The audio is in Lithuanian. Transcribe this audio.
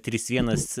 trys vienas